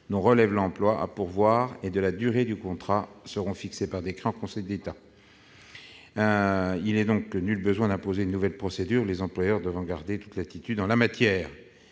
dont relève l'emploi à pourvoir et de la durée du contrat, seront fixées par décret en Conseil d'État. Il n'est donc nul besoin d'imposer de nouvelles procédures, les employeurs devant garder toute latitude en la matière.